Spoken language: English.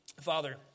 Father